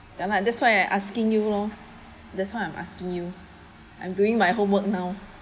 ya lah that's why I asking you lor that's why I'm asking you I'm doing my homework now